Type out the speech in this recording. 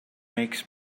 makes